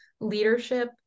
leadership